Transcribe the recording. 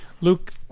Luke